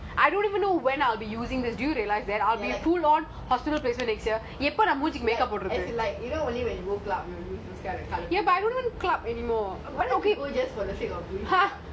I don't even know when I'll be using this do you realise who knows next year as in like like as in like only when you go club you will use